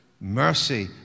Mercy